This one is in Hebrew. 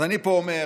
אז אני פה אומר